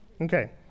okay